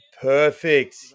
Perfect